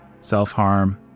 self-harm